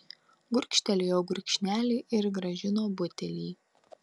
gurkštelėjo gurkšnelį ir grąžino butelį